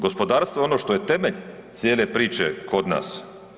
Gospodarstvo je ono što je temelj cijele priče kod nas.